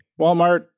Walmart